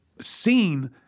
seen